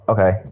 Okay